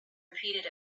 repeated